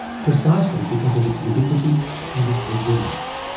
precisely because of its ubiquity and its resilience.